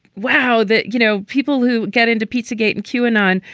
wow, that, you know, people who get into pizza gate and tune on,